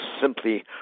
simply